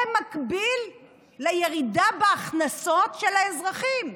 במקביל לירידה בהכנסות של האזרחים.